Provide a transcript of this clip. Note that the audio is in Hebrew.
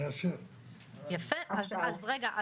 אז רגע,